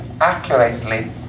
accurately